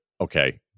Okay